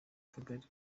kagari